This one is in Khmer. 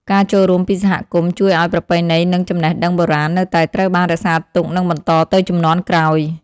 ការចូលរួមពីសហគមន៍ជួយឱ្យប្រពៃណីនិងចំណេះដឹងបុរាណនៅតែត្រូវបានរក្សាទុកនិងបន្តទៅជំនាន់ក្រោយ។